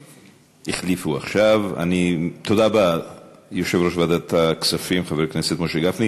תודה רבה ליושב-ראש ועדת הכספים חבר הכנסת משה גפני.